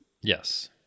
Yes